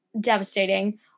devastating